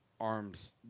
Arms